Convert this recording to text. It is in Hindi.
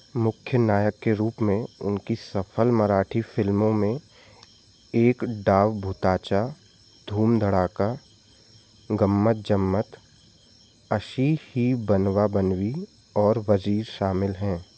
मुख्य नायक के रूप में उनकी सफल मराठी फ़िल्मों में एक डाव भुताचा धूम धड़ाका गम्मत जम्मत अशी ही बनवा बनवी और वज़ीर शामिल हैं